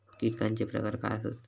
कीटकांचे प्रकार काय आसत?